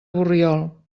borriol